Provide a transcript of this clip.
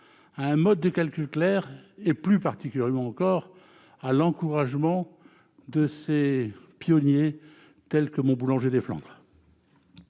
à un mode de calcul clair, et plus particulièrement à l'encouragement de ces pionniers parmi lesquels figure mon boulanger des Flandres.